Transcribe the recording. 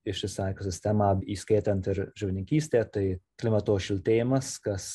ištisą ekosistemą įskaitant ir žuvininkystę tai klimato šiltėjimas kas